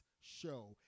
show